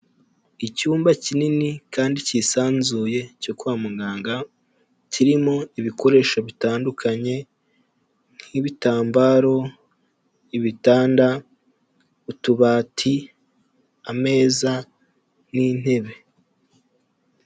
Icyumba kinini kandi cyisanzuye cyo kwa muganga, kirimo ibikoresho bitandukanye nk'ibitambaro, ibitanda, utubati, ameza n'intebe.